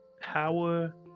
power